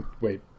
Wait